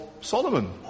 Solomon